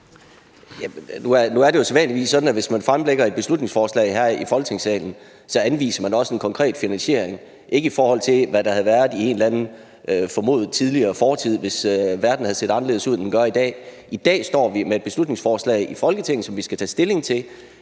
sædvanligvis sådan, at hvis man fremsætter et beslutningsforslag her i Folketingssalen, anviser man også en konkret finansiering – ikke i forhold til, hvad der har været i en eller anden formodet tidligere fortid, hvis verden havde set anderledes ud, end den gør i dag. I dag står vi med et beslutningsforslag i Folketinget, som vi skal tage stilling til.